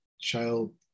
child